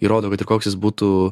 įrodo kad ir koks jis būtų